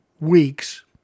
weeks